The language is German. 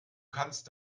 kannst